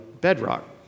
bedrock